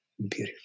beautiful